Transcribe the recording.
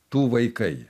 tų vaikai